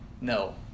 no